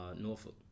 Norfolk